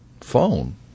phone